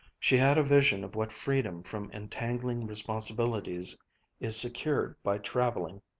she had a vision of what freedom from entangling responsibilities is secured by traveling.